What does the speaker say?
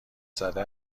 زده